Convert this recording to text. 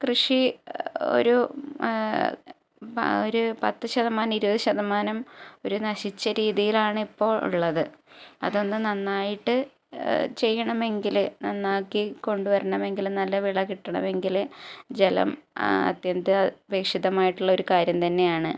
കൃഷി ഒരു ആ ഒരു പത്ത് ശതമാനം ഇരുപത് ശതമാനം ഒരു നശിച്ച രീതിയിലാണ് ഇപ്പോള് ഉള്ളത് അതൊന്ന് നന്നായിട്ട് ചെയ്യണമെങ്കില് നന്നാക്കിക്കൊണ്ടുവരണമെങ്കില് നല്ല വിള കിട്ടണമെങ്കില് ജലം അത്യന്താപേക്ഷിതമായിട്ടുള്ളൊരു കാര്യം തന്നെയാണ്